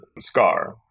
Scar